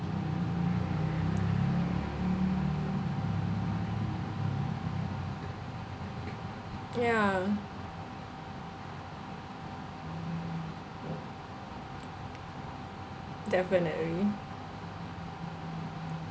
ya definitely